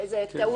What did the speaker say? זו טעות שנשארה.